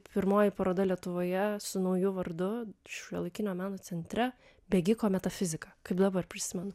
pirmoji paroda lietuvoje su nauju vardu šiuolaikinio meno centre bėgiko metafizika kaip dabar prisimenu